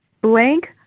blank